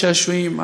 אין גני-שעשועים,